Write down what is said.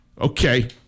Okay